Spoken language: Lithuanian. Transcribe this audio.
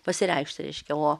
pasireikšti reiškia o